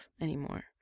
anymore